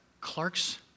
Clark's